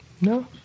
No